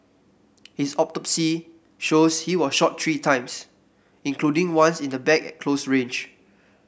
his autopsy shows he was shot three times including once in the back at close range